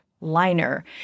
liner